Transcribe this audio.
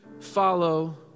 follow